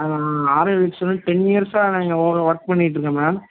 ஆர்எல்ஸ் ten இயர்ஸாக நான் இங்கே ஒர்க் பண்ணிகிட்ருக்கேன் மேம்